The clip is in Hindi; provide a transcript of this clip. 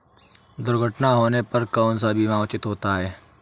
दुर्घटना होने पर कौन सा बीमा उचित होता है?